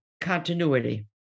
Continuity